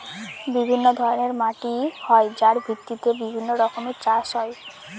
বিভিন্ন ধরনের মাটি হয় যার ভিত্তিতে বিভিন্ন রকমের চাষ হয়